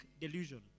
delusion